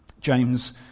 James